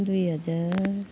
दुई हजार